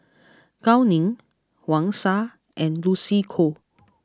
Gao Ning Wang Sha and Lucy Koh